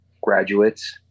graduates